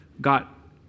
got